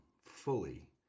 fully